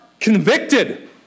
convicted